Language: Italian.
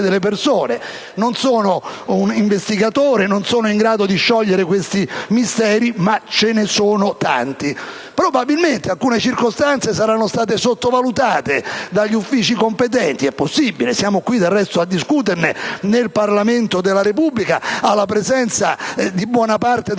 Non sono un investigatore e non sono in grado di sciogliere questi misteri, ma ce ne sono tanti. Probabilmente, alcune circostanze saranno state sottovalutate dagli uffici competenti, è possibile, e siamo qui del resto a discuterne nel Parlamento della Repubblica alla presenza di buona parte del Governo